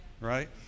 right